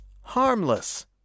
Harmless